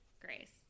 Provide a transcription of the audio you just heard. Grace